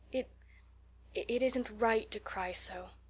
it it isn't right to cry so.